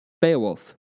Beowulf